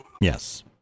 yes